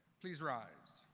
please rise.